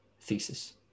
thesis